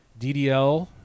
ddl